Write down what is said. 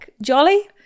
jolly